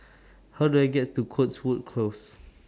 How Do I get to Cotswold Close